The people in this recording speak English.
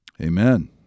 Amen